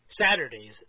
Saturdays